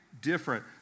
different